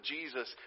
Jesus